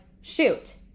shoot